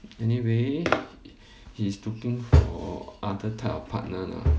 anyway he's looking for other type of partner lah